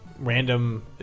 random